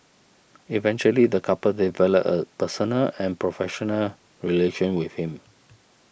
eventually the couple developed a personal and professional relation with him